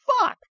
fuck